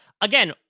again